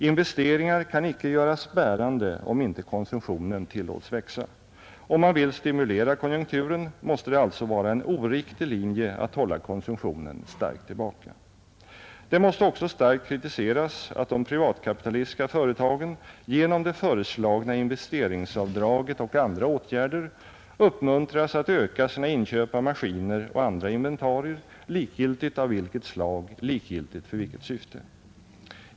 Investeringar kan icke göras bärande om inte konsumtionen tillåts växa. Om man vill stimulera konjunkturen måste det alltså vara en oriktig linje att hålla konsumtionen starkt tillbaka. Det måste också starkt kritiseras att de privatkapitalistiska företagen genom det föreslagna investeringsavdraget och andra åtgärder uppmuntras att öka sina inköp av maskiner och andra inventarier, likgiltigt av vilket slag, likgiltigt för vilket syfte.